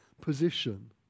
position